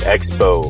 Expo